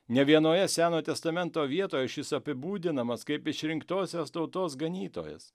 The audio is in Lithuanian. ne vienoje seno testamento vietoje šis apibūdinamas kaip išrinktosios tautos ganytojas